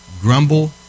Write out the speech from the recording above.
Grumble